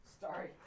Sorry